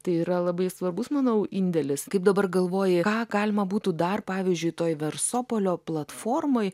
tai yra labai svarbus manau indėlis kaip dabar galvoji ką galima būtų dar pavyzdžiui toj versopolio platformoj